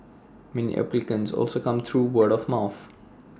many applicants also came through word of mouth